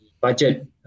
budget